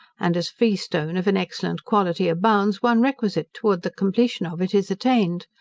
and as freestone of an excellent quality abounds, one requisite towards the completion of it is attained.